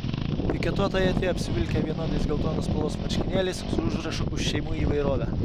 piketuotojai atėjo apsivilkę vienodais geltonos spalvos marškinėliais su užrašu už šeimų įvairovę